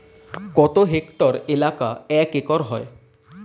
কত হেক্টর এলাকা এক একর হয়?